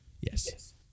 Yes